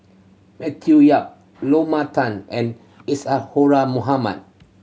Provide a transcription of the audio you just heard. Matthew Yap Tan and Isadhora Mohamed